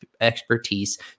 expertise